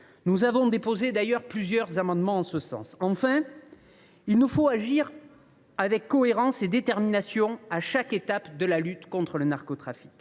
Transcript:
Nous avons déposé plusieurs amendements en ce sens. Enfin, il nous faut agir avec cohérence et détermination à chaque étape de la lutte contre le narcotrafic.